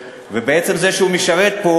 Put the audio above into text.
ובעצם זה שהוא משרת פה